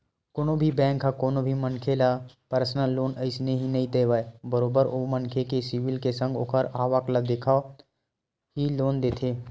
कोनो भी बेंक ह कोनो भी मनखे ल परसनल लोन अइसने ही नइ देवय बरोबर ओ मनखे के सिविल के संग ओखर आवक ल देखत होय ही लोन देथे